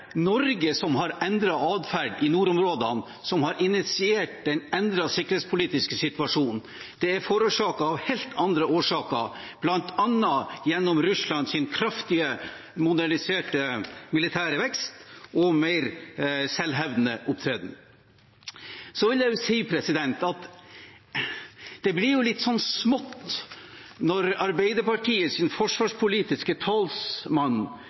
Norge som har endret atferd i nordområdene, som har initiert den endrede sikkerhetspolitiske situasjonen. Det er forårsaket av helt andre ting, bl.a. Russlands kraftige, moderniserte militære vekst og mer selvhevdende opptreden. Så vil jeg si at det blir litt smått når Arbeiderpartiets forsvarspolitiske talsmann